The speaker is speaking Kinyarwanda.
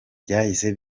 byahise